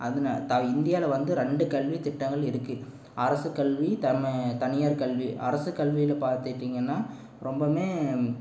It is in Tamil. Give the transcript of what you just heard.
அதனால தான் இந்தியாவில வந்த ரெண்டு கல்வித் திட்டங்கள் இருக்குது அரசுக்கல்வி தமே தனியார்க் கல்வி அரசுக் கல்வியில பார்த்துட்டீங்கன்னா ரொம்பவுமே